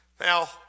Now